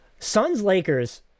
Suns-Lakers